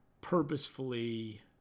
purposefully